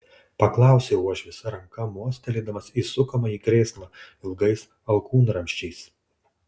paklausė uošvis ranka mostelėdamas į sukamąjį krėslą ilgais alkūnramsčiais